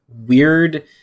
weird